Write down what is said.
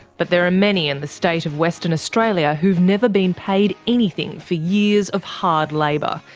but there are many in the state of western australia who have never been paid anything for years of hard labour,